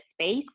space